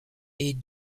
est